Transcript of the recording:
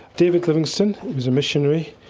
david livingstone was a missionary,